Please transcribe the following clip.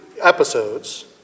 episodes